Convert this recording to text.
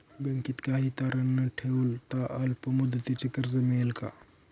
बँकेत काही तारण न ठेवता अल्प मुदतीचे कर्ज मिळेल का?